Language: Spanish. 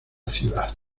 ciudad